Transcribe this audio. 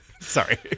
Sorry